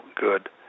good